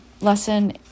lesson